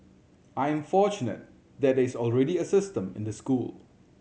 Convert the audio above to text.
I am fortunate there is already a system in the school